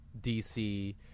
DC